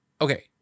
okay